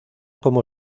como